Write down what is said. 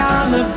I'ma